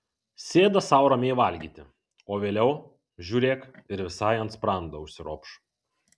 sėda sau ramiai valgyti o vėliau žiūrėk ir visai ant sprando užsiropš